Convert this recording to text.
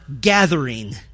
gathering